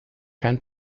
kein